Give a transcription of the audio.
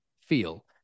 feel